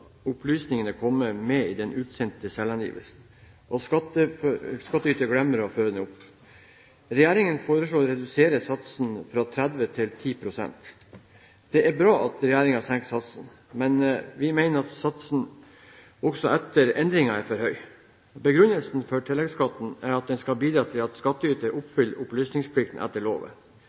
opplysningene kommer med i den utsendte selvangivelsen, og skattyter glemmer å føre den opp. Regjeringen foreslår å redusere satsen fra 30 pst. til 10 pst. Det er bra at regjeringen senker satsen, men vi mener at satsen også etter endringen er for høy. Begrunnelsen for tilleggsskatt er at den skal bidra til at skattyter oppfyller opplysningsplikten etter loven.